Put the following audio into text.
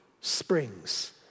springs